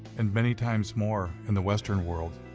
and many times more in the western world.